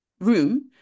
room